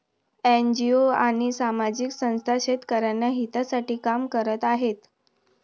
NGO आणि सामाजिक संस्था शेतकऱ्यांच्या हितासाठी काम करत आहेत